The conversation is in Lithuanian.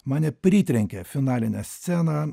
mane pritrenkė finalinė scena